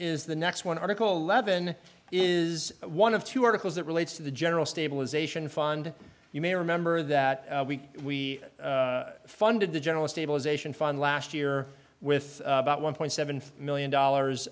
is the next one article levon is one of two articles that relates to the general stabilization fund you may remember that we funded the general stabilization fund last year with about one point seven five million dollars